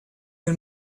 nel